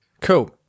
Cool